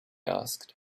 asked